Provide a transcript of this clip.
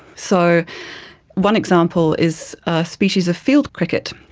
so one example is a species of field cricket.